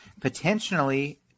potentially